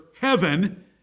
heaven